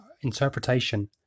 interpretation